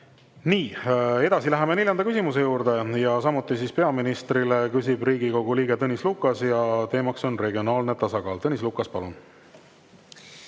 Nii! Edasi läheme neljanda küsimuse juurde, ja samuti peaministrile. Küsib Riigikogu liige Tõnis Lukas ja teemaks on regionaalne tasakaal. Tõnis Lukas, palun.